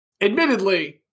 Admittedly